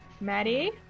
Maddie